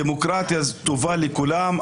דמוקרטיה טובה לכולם,